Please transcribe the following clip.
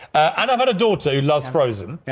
ah don't got a daughter who loves frozen. yeah